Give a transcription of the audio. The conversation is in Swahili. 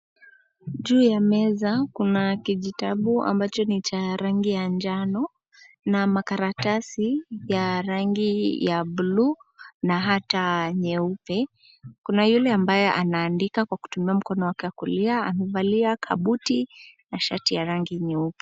Juu ya meza kuna kijitabu ambacho ni cha rangi ya njano na makaratasi ya rangi ya buluu, na hata nyeupe. Kuna yule ambaye anaandika kwa kutumia mkono wake wa kulia. Amevalia kabuti na shati ya rangi nyeupe.